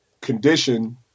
condition